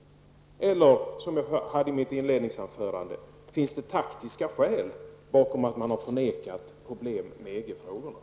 Eller finns det, som jag var inne på i mitt inledningsanförande, taktiska skäl bakom förnekandet av problemen i samband med EG